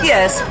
Yes